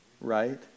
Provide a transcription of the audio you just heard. right